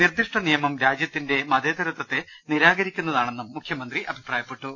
നിർദ്ദിഷ്ട നിയമം രാജ്യത്തിന്റെ മതേതരത്പത്തെ നിരാകരിക്കുന്നതാണെന്നും മുഖ്യ മന്ത്രി അഭിപ്രായപ്പെട്ടു